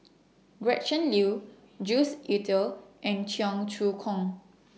Gretchen Liu Jues Itier and Cheong Choong Kong